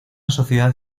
sociedad